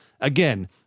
Again